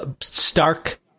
stark